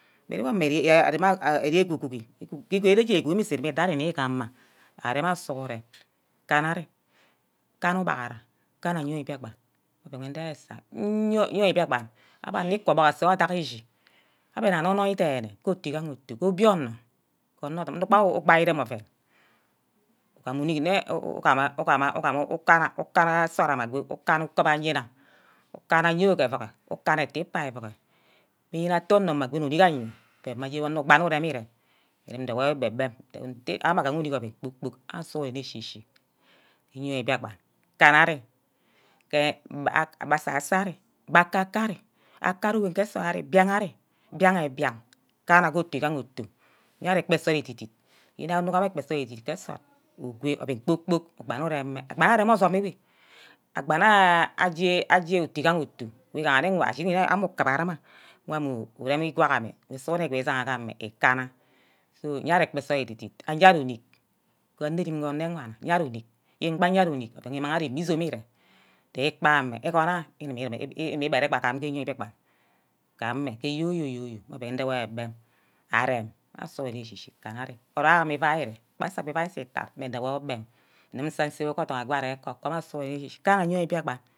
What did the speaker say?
isheme achi udume idai ari nni ga amah awor sughuren kanna ari, kanna ubaghara, kana eyoi biakpan oven ndehe esah nyoi mbiakpan mme anor kubuk and aku adak eshi abbe nna anoi-noi denne ke otu igaha otu, ke obionor, ke onor ordum, mme gba anor ire-rem oven ugam emicknne ukana yoi ke ovuror, ikana etho ekpa ke ovuro yene atte onor mma gwoni ornick aye oven wor atte ugbaha utem ire, ndewe gbem-gbem nte awor mma agama umick oven kpork-kpork awor sughuren eshi-shi, iyor mbiakpan kana ari ke mme asasor ari mme akaka ari akari ke nsort, mbiagha ari, mbiahe-mbiang kana ke otu egehe otu ye-ari egbe nsort edi-dit, yene onor ugam ekpe nsort edit dit ke nsort ugwe ovene kpor-kpork bangu ireme- abang nne areme osume, abanga aje otu-igaha otu, ashini-nne amme ukuma nna ugu amme areme igwame amme wor sughuren inguue daghame ukena so ye ari ekpe nsort edi-dit, say ari unick ke ornurum ke ane-wana ye ari onick, yen mgba aye ari onick oven wor imang ari ije izome ere, ge ikpa gameh ogunaha igube ureme ke mbiakpan kame ke yo-yo-yo-yo, ndume agbem arem awor, sughuren eshi-shi kama ari, orock ama ivai ere, mme sa ivai and say itat ndewor gbe orbem, ngum nsa nsay wor ke ordug ago arear ako-kom awor sughuren eshi-shi kana eyoi biakpan.